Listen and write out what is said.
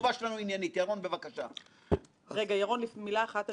בעצה אחת עם היועצים הגענו למסקנה שלא דנו בעניין הזה מספיק,